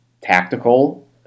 Tactical